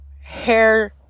hair